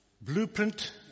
blueprint